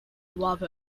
love